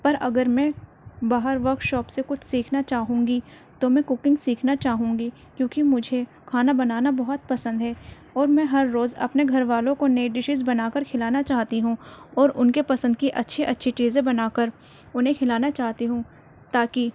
پر اگر میں باہر ورک شاپ سے کچھ سیکھنا چاہوں گی تو میں ککنگ سیکھنا چاہوں گی کیونکہ مجھے کھانا بنانا بہت پسند ہے اور میں ہر روز اپنے گھر والوں کو نئے ڈشیز بنا کر کھلانا چاہتی ہوں اور ان کے پسند کی اچھی اچھی چیزیں بنا کر انہیں کھلانا چاہتی ہوں تاکہ